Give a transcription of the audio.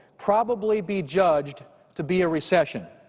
probably be judged to be a recession.